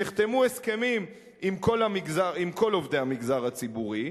נחתמו הסכמים עם כל עובדי המגזר הציבורי,